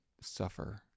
suffer